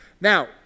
Now